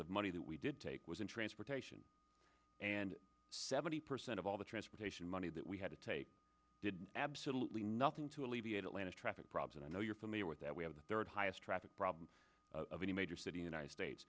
of money that we did take was in transportation and seventy percent of all the transportation money that we had to take did absolutely nothing to alleviate atlanta's traffic problem i know you're familiar with that we have the third highest traffic problems of any major city united states